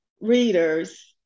readers